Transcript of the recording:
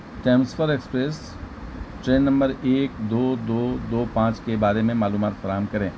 express train نمبر ایک دو دو دو پانچ کے بارے میں معلومات فراہم کریں